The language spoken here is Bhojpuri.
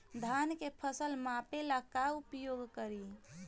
धान के फ़सल मापे ला का उपयोग करी?